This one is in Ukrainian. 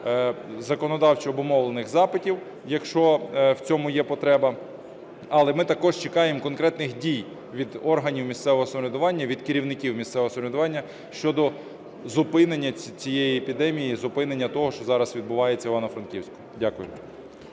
законодавчо обумовлених запитів, якщо в цьому є потреба, але ми також чекаємо конкретних дій від органів місцевого самоврядування, від керівників місцевого самоврядування щодо зупинення цієї епідемії, зупинення того, що зараз відбувається в Івано-Франківську. Дякую.